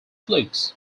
flukes